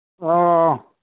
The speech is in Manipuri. ꯑꯣ